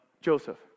Joseph